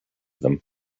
them